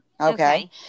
okay